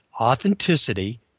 authenticity